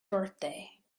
birthday